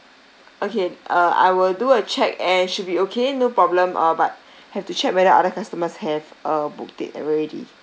okay uh I will do a check and should be okay no problem uh but have to check whether other customers have uh booked it already